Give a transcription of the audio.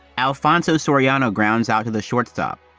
alfonso soriano grounds out of the shortstop,